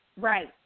Right